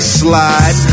slide